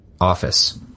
office